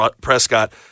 Prescott